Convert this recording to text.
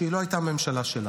שהיא לא הייתה ממשלה שלנו.